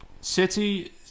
City